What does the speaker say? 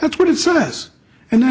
that's what it says and then